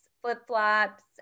flip-flops